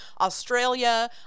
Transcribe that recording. australia